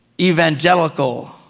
evangelical